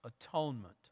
atonement